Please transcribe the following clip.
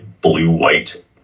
blue-white